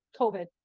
COVID